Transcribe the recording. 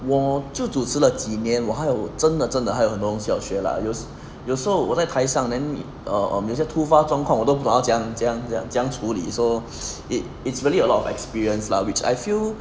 我就主持了几年我还有真的真的还有很多东西要学 lah 有有时候我在台上 then um 有一些突发状况 then 我都不懂得这么样这么样处理 so it it's really a lot of experience lah which I feel